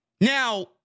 Now